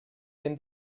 ben